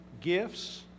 gifts